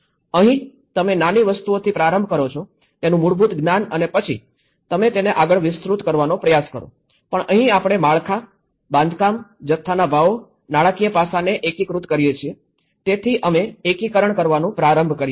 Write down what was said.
અહીં તમે નાની વસ્તુઓથી પ્રારંભ કરો છો તેનું મૂળભૂત જ્ઞાન અને પછી તમે તેને આગળ વિસ્તૃત કરવાનો પ્રયાસ કરો પણ અહીં આપણે માળખાં બાંધકામ જથ્થાના ભાવો નાણાકીય પાસાને એકીકૃત કરીએ છીએ તેથી અમે એકીકરણ કરવાનું પ્રારંભ કરીએ છીએ